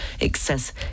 excess